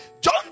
John